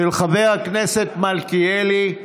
של חבר הכנסת מלכיאלי.